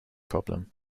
problem